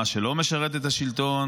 מה שלא משרת את השלטון,